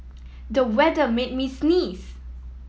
the weather made me sneeze